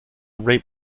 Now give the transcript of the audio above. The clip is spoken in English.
rape